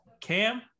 Cam